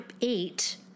eight